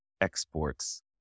exports